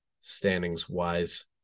standings-wise